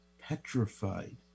petrified